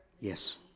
Yes